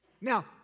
Now